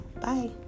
Bye